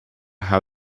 how